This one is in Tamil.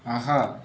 ஆஹா